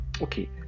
Okay